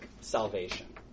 salvation